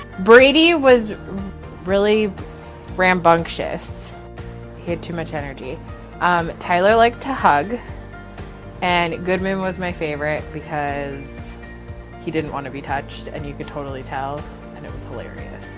brady was really rambunctious kid too much energy um tyler like to hug and goodman was my favorite because he didn't want to be touched and you could totally tell and it was. aaron yeah